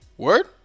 Word